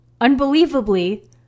Unbelievably